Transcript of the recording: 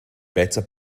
better